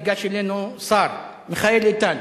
ניגש אלינו השר מיכאל איתן,